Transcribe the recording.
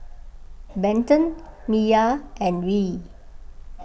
Benton Miya and Reed